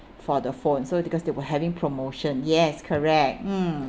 for the phone so because they were having promotion yes correct mm